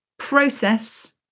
process